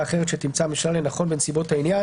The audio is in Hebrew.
אחרת שתמצא הממשלה לנכון בנסיבות העניין.